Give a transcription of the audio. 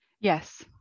Yes